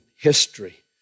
history